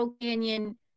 Canyon